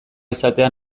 izatea